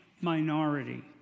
minority